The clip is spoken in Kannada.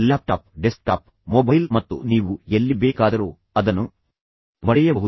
ಲ್ಯಾಪ್ಟಾಪ್ ಡೆಸ್ಕ್ಟಾಪ್ ಮೊಬೈಲ್ ಮತ್ತು ನೀವು ಎಲ್ಲಿ ಬೇಕಾದರೂ ಅದನ್ನು ಪಡೆಯಬಹುದು